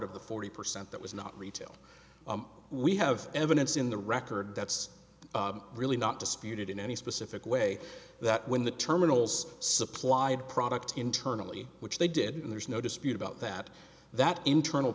of the forty percent that was not retail we have evidence in the record that's really not disputed in any specific way that when the terminals supplied product internally which they did and there's no dispute about that that internal